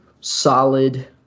solid